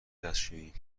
دستشویی